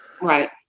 Right